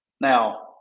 Now